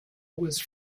was